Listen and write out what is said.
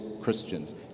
Christians